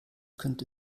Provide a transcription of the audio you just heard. könnte